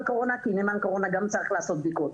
הקורונה כי נאמן קורונה גם צריך לעשות בדיקות.